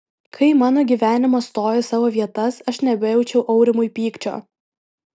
kai mano gyvenimas stojo į savo vietas aš nebejaučiau aurimui pykčio